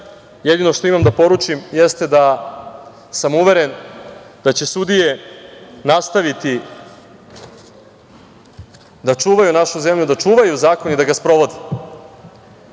jedino što imam da poručim jeste da sam uveren da će sudije nastaviti da čuvaju našu zemlju, da čuvaju zakon i da ga sprovode,